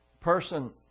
person